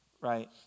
right